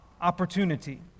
opportunity